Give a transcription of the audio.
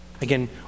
Again